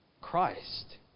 Christ